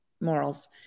morals